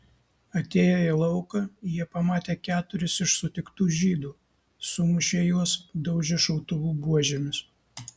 atėję į lauką jie pamatė keturis iš sutiktų žydų sumušė juos daužė šautuvų buožėmis